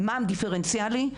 מה הדיפרנציאלי,